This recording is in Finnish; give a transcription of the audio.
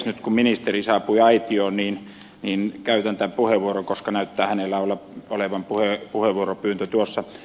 nyt kun ministeri saapui aitioon käytän tämän puheenvuoron koska näyttää hänellä olevan puheenvuoropyyntö tuossa